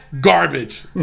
garbage